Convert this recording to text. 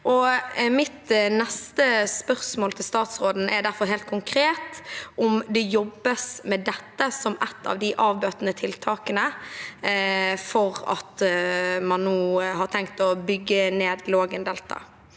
Mitt neste spørsmål til statsråden er derfor helt konkret om det jobbes med dette som et av de avbøtende tiltakene fordi man nå har tenkt å bygge ned Lågendeltaet.